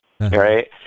Right